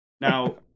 Now